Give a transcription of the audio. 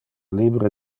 libere